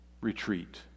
retreat